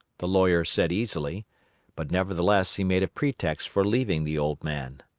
the lawyer said easily but nevertheless he made a pretext for leaving the old man.